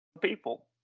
people